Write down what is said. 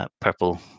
purple